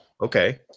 okay